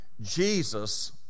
Jesus